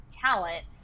talent